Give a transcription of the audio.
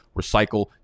recycle